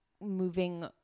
moving